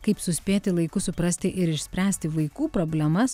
kaip suspėti laiku suprasti ir išspręsti vaikų problemas